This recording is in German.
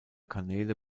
kanäle